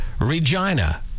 Regina